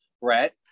Brett